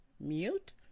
Mute